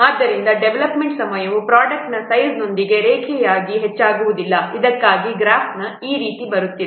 ಆದ್ದರಿಂದ ಡೆವಲಪ್ಮೆಂಟ್ ಸಮಯವು ಪ್ರೊಡಕ್ಟ್ನ ಸೈಜ್ನೊಂದಿಗೆ ರೇಖೀಯವಾಗಿ ಹೆಚ್ಚಾಗುವುದಿಲ್ಲ ಅದಕ್ಕಾಗಿಯೇ ಗ್ರಾಫ್ ಈ ರೀತಿ ಬರುತ್ತಿದೆ